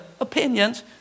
opinions